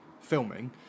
filming